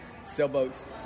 Sailboats